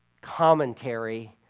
commentary